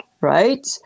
Right